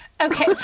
Okay